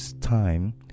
time